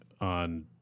on